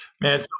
Man